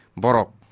borok